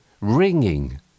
Ringing